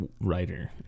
writer